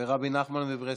ורבי נחמן מברסלב.